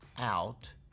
out